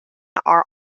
are